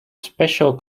special